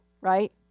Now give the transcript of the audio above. right